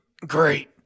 great